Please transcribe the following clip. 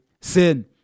sin